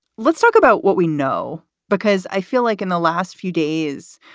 let's talk about what we know because i feel like in the last few days,